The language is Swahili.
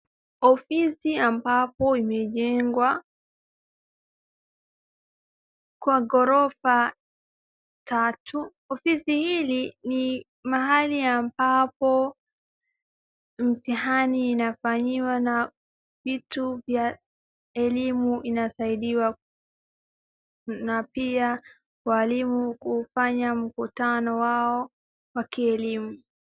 Ofisi ambayo imejengwa kwa ghorofa tatu, ofisi hii ni mahali ambapo mtihani inafanyiwa na vitu vya elimu vinasaidiwa na pia walimu kufanya mkutano wao wa kielimu.